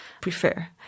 prefer